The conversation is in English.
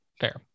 fair